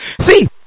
see